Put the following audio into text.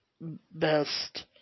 best